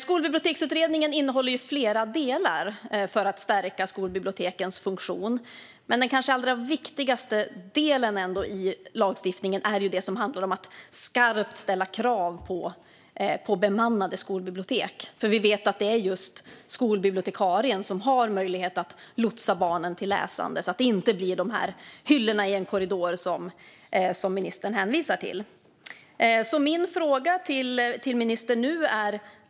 Skolbiblioteksutredningen innehåller flera delar för att stärka skolbibliotekens funktion, men den allra viktigaste delen i lagstiftningen handlar om att skarpt ställa krav på bemannade skolbibliotek. Vi vet att det är just skolbibliotekarien som har möjlighet att lotsa barnen till läsande, så att det inte blir fråga om hyllorna i en korridor, som ministern hänvisade till.